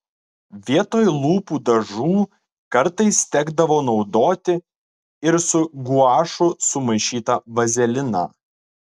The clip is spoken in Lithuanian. vietoj lūpų dažų kartais tekdavo naudoti ir su guašu sumaišytą vazeliną